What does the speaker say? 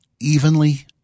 evenly